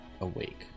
awake